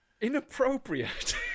Inappropriate